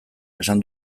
esan